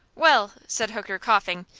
well, said hooker, coughing,